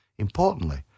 Importantly